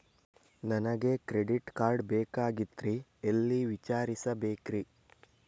ನನಗೆ credit card ಬೇಕಾಗಿತ್ರಿ ಎಲ್ಲಿ ವಿಚಾರಿಸಬೇಕ್ರಿ?